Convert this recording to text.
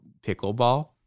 pickleball